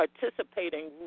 participating